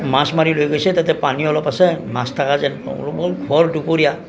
মাছ মাৰি লৈ গৈছে তাতে পানী অলপ আছে মাছ থকা যেন পাওঁ ব'ল ভৰ দুপৰীয়া